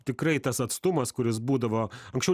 tikrai tas atstumas kuris būdavo anksčiau